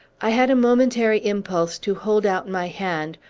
i had a momentary impulse to hold out my hand,